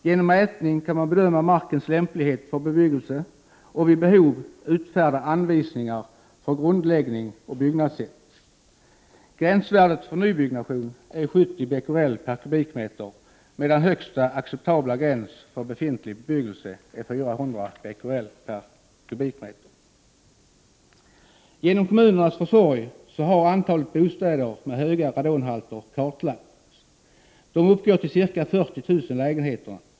Genom mätning kan man bedöma markens lämplighet för bebyggelse och vid behov utfärda anvisningar för grundläggning och byggnadssätt. Gränsvärdet för nybyggnation är 70 Bq m?. Genom kommunernas försorg har antalet bostäder med höga radonhalter kartlagts. Det uppgår till ca 40 000 lägenheter.